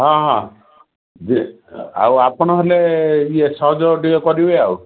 ହଁ ହଁ ଯେ ଆଉ ଆପଣ ହେଲେ ଇଏ ସହଯୋଗ ଟିକେ କରିବେ ଆଉ